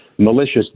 malicious